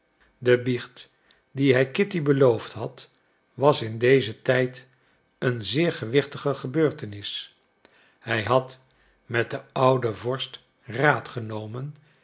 de biecht die hij kitty beloofd had was in dezen tijd een zeer gewichtige gebeurtenis hij had met den ouden vorst raad genomen